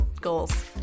goals